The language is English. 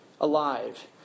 alive